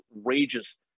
outrageous